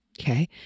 Okay